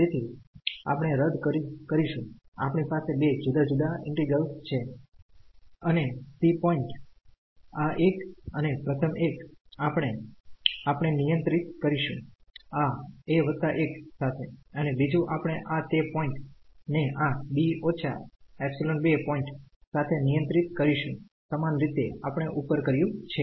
તેથી આપણે રદ કરીશું આપણી પાસે બે જુદા જુદા ઈન્ટિગ્રેલ્સ છે અને c પોઈન્ટ આ એક અને પ્રથમ એક આપણે આપણે નિયંત્રિત કરીશું આ a 1 સાથે અને બીજું આપણે આ તે પોઈન્ટ ને આ b−ε2 પોઈન્ટ સાથે નિયંત્રિત કરીશું સમાન રીતે આપણે ઉપર કર્યું છે